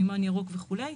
מימן ירוק וכולי,